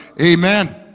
Amen